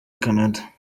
canada